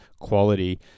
quality